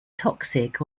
toxic